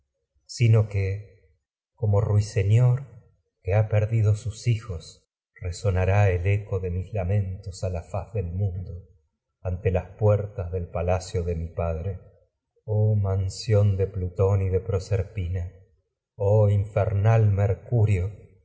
sino que eco como ruiseñor que tos ha perdido a sus hijos resonará el ante de mis lamen del la faz del mundo las puertas y palacio de oh y mi padre oh mansión de plutón de proserpina infernal mercurio